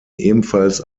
ebenfalls